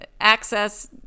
access